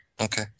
Okay